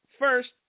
first